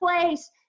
place